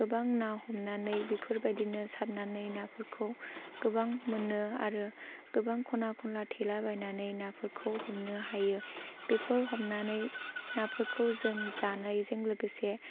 गोबां ना हमनानै बेफोरबायदिनो सारनानै नाफोरखौ गोबां मोननो आरो गोबां खना खनला थेलाबायनानै नाफोरखौ हमनो हायो बेफोर हमनानै नाफोरखौ जों जानायजों लोगोसे